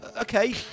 okay